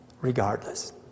regardless